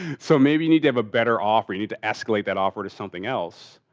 so, maybe you need to have a better offer. you need to escalate that offer to something else.